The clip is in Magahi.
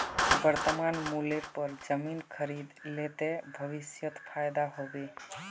वर्तमान मूल्येर पर जमीन खरीद ले ते भविष्यत फायदा हो बे